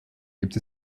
gibt